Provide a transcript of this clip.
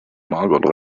margot